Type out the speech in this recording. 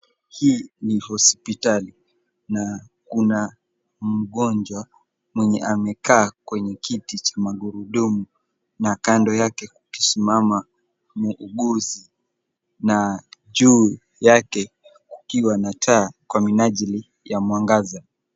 Hii ni hospitali na kuna mgonjwa mwenye amekaa kwenye kiti cha magurudumu na kando yake kukisimaama muuguzi na juu yake kukiwa na taa kwa minajili ya mwangaza.